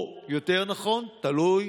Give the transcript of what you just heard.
או יותר נכון, זה תלוי